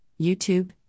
YouTube